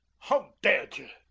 how dared ye!